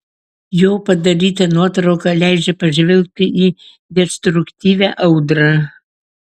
jo padaryta nuotrauka leidžia pažvelgti į destruktyvią audrą